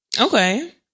Okay